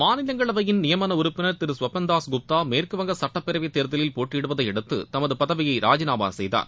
மாநிலங்களவையின் நியமன உறுப்பினர் திரு ஸ்வபன் தாஸ் குப்தா மேற்குவங்க சட்டபேரவை தேர்தலில் போட்டியிடுவதை அடுத்து தமது பதவியை ராஜினாமா செய்தார்